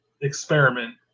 experiment